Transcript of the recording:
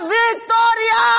victoria